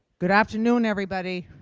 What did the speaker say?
good afternoon, everybody.